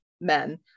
men